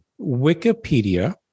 wikipedia